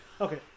Okay